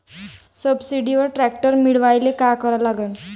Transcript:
सबसिडीवर ट्रॅक्टर मिळवायले का करा लागन?